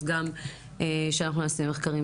אז גם שאנחנו נעשה מחקרים.